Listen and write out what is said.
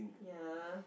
ya